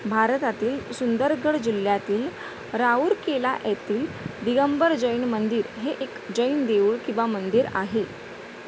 भारतातील सुंदरगड जिल्ह्यातील राऊरकेला येथील दिगंबर जैन मंदिर हे एक जैन देऊळ किंवा मंदिर आहे